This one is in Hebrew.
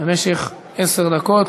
במשך עשר דקות